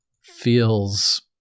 feels